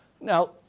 Now